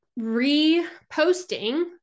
reposting